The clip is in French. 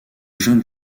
jeune